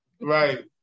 Right